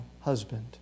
husband